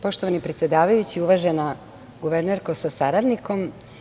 Poštovani predsedavajući, uvažena guvernerko sa saradnikom.